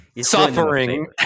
Suffering